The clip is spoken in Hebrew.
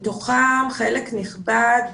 מתוכם חלק נכבד,